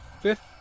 fifth